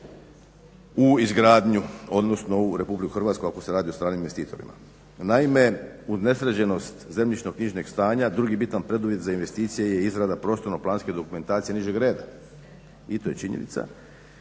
u izgradnju, odnosno u Republiku Hrvatsku ako se radi o stranim investitorima. Naime, u nesređenost zemljišno knjižnih stanja, drugi bitna preduvjet za investicije je izrada prostorno-planske dokumentacije nižeg reda. I to je činjenica